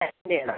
attend ചെയ്യണം